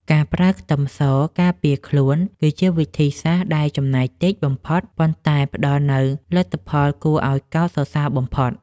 ការប្រើខ្ទឹមសការពារខ្លួនគឺជាវិធីសាស្ត្រដែលចំណាយតិចបំផុតប៉ុន្តែផ្តល់នូវលទ្ធផលគួរឱ្យកោតសរសើរបំផុត។